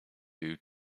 due